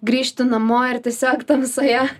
grįžti namo ir tiesiog tamsoje